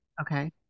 Okay